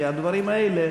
כי הדברים האלה